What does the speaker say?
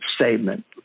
statement